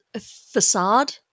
facade